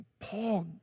Paul